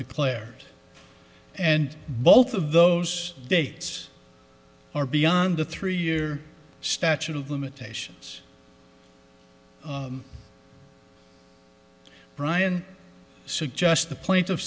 declared and both of those dates are beyond the three year statute of limitations brian suggests the point of